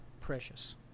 precious